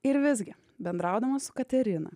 ir visgi bendraudama su katerina